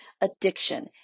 addiction